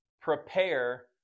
prepare